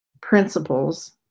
principles